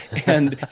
and,